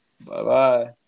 Bye-bye